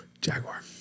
Jaguar